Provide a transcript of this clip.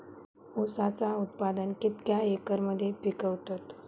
ऊसाचा उत्पादन कितक्या एकर मध्ये पिकवतत?